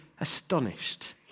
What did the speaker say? astonished